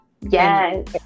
Yes